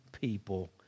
people